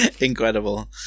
Incredible